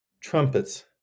trumpets